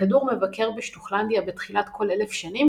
הכדור מבקר בשטוחלנדיה בתחילת כל אלף שנים,